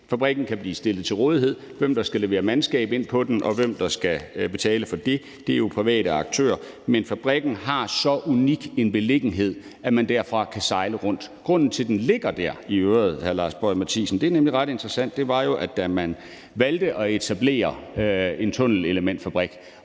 Fabrikken kan blive stillet til rådighed. Dem der skal levere mandskab ind på den, og dem der skal betale for det, er jo private aktører, men fabrikken har så unik en beliggenhed, at man derfra kan sejle rundt. I øvrigt, hr. Lars Boje Mathiesen, er grunden til, at den ligger dér, ret interessant. Det var jo, at dengang man valgte at etablere en tunnelelementfabrik